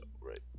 right